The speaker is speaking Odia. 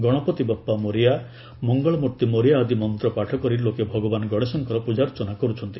ଗଣପତି ବସ୍ପା ମୋରିୟା ମଙ୍ଗଳମୂର୍ତ୍ତି ମୋରିୟା ଆଦି ମନ୍ତ୍ର ପାଠ କରି ଲୋକେ ଭଗବାନ ଗଣେଶଙ୍କର ପୂଜାର୍ଚ୍ଚନା କରୁଛନ୍ତି